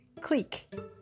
click